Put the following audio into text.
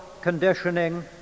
conditioning